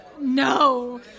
No